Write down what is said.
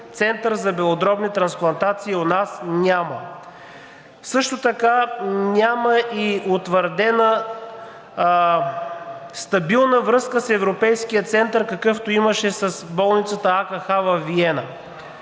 център за белодробни трансплантации у нас няма. Също така няма и утвърдена стабилна връзка с европейски център, каквато имаше с болницата AKХ във Виена.